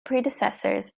predecessors